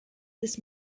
this